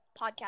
podcast